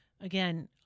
Again